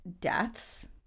deaths